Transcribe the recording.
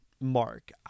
mark